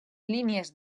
línies